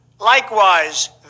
Likewise